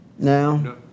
now